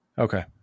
Okay